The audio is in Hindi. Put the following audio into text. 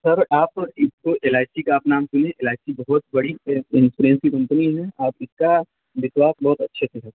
सर आप इसको एल आई सी का आप नाम सुने हैं एल आई सी बहुत बड़ी ए इंसोरेंस की कम्पनी है आप इसका विश्वास बहुत अच्छे से कर